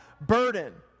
burden